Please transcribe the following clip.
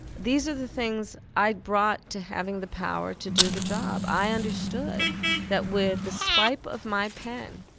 these are the things i brought to having the power to do the job. i understood that with the swipe of my pen